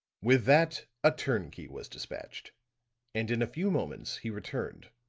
with that a turnkey was dispatched and in a few moments he returned,